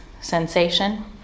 sensation